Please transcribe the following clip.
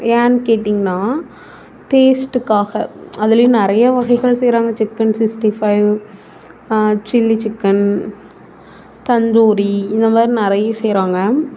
ஏன் கேட்டிங்கன்னா டேஸ்ட்டுக்காக அதுலேயும் நிறைய வகைகள் செய்கிறாங்க chicken sixty five chilli chicken tandoori இந்த மாதிரி நிறைய செய்கிறாங்க